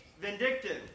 vindictive